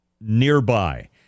nearby